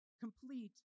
complete